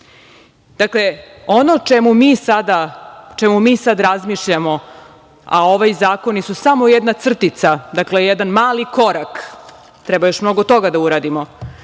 otpad. Dakle, ono o čemu mi sada razmišljamo, a ovi zakoni su samo jedna crtica, dakle, jedan mali korak, treba još mnogo toga da uradimo,